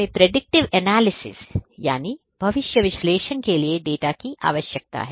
हमें predictive analysis भविष्य विश्लेषण के लिए डेटा की आवश्यकता है